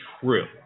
true